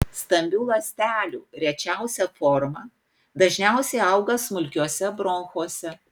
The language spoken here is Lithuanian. stambių ląstelių rečiausia forma dažniausiai auga smulkiuose bronchuose